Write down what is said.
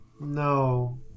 No